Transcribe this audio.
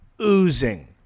oozing